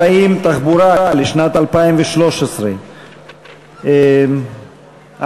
כבלים, שירותים מרכזיים, שירותים מרכזיים, פעולות,